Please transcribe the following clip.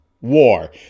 war